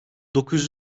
dokuz